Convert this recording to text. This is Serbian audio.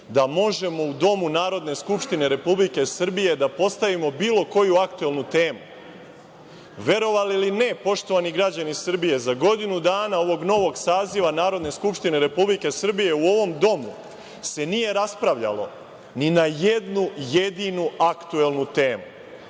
da možemo u Domu Narodne skupštine da postavimo bilo koju aktuelnu temu. Verovali ili ne, poštovani građani Srbije, za godinu dana ovog novog saziva Narodne skupštine Republike Srbije, u ovom Domu se nije raspravljalo ni na jednu jedinu aktuelnu temu.